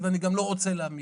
ואני גם לא רוצה להעמיק.